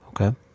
Okay